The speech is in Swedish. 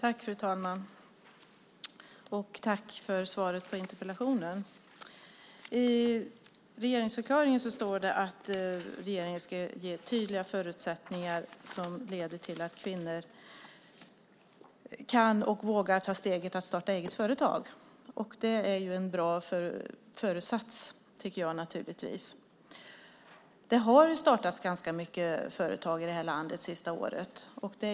Fru talman! Jag tackar för svaret på interpellationen. I regeringsförklaringen står det att regeringen ska ge tydliga förutsättningar som leder till att kvinnor kan och vågar ta steget att starta eget företag. Det är en bra föresats, tycker jag naturligtvis. Det har ju startats ganska mycket företag i det här landet under det senaste året.